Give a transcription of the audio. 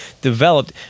developed